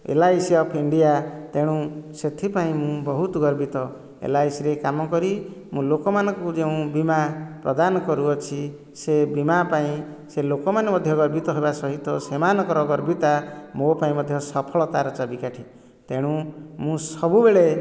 L I C of India ତେଣୁ ସେଥିପାଇଁ ମୁଁ ବହୁତ ଗର୍ବିତ ଏଲ୍ ଆଇ ସି ରେ କାମ କରି ମୁଁ ଲୋକମାନଙ୍କୁ ଯେଉଁ ବୀମା ପ୍ରଦାନ କରୁଅଛି ସେ ବୀମା ପାଇଁ ସେ ଲୋକମାନେ ମଧ୍ୟ ଗର୍ବିତ ହେବା ସହିତ ସେମାନଙ୍କର ଗର୍ବିତା ମୋ ପାଇଁ ମଧ୍ୟ ସଫଳତାର ଚାବି କାଠି ତେଣୁ ମୁଁ ସବୁବେଳେ